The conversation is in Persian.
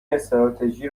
استراتژی